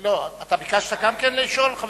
גם אתה ביקשת לשאול?